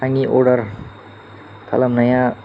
आंनि अर्डार खालामनाया